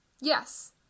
Yes